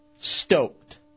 Stoked